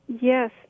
Yes